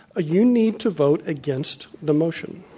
you need to vote against the motion.